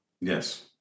Yes